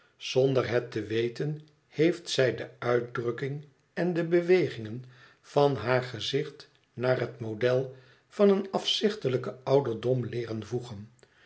zonder het te weten heeft zij de uitdrukking en de bewegingen van haar gezkht naar het model van een afzichtelijken ouderdom leeren